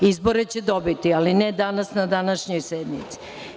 Izbore će dobiti, ali ne danas na današnjoj sednici.